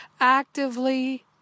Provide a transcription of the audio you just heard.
actively